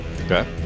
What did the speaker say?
okay